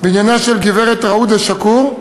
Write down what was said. בעניינה של גברת רוודא שקור.